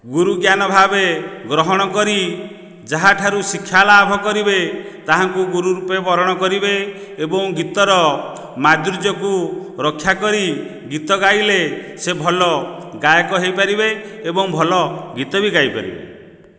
ଗୁରୁ ଜ୍ଞାନ ଭାବେ ଗ୍ରହଣ କରି ଯାହାଠାରୁ ଶିକ୍ଷା ଲାଭ କରିବେ ତାହାଙ୍କୁ ଗୁରୁ ରୂପେ ବରଣ କରିବେ ଏବଂ ଗୀତ ର ମାଦୁର୍ଯ୍ୟକୁ ରକ୍ଷା କରି ଗୀତ ଗାଇଲେ ସେ ଭଲ ଗାୟକ ହେଇପାରିବେ ଏବଂ ଭଲ ଗୀତବି ଗାଇପାରିବେ